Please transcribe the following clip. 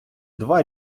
два